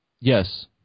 Yes